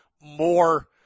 more